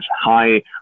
high